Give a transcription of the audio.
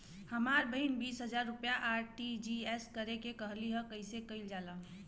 हमर बहिन बीस हजार रुपया आर.टी.जी.एस करे के कहली ह कईसे कईल जाला?